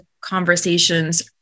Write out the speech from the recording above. conversations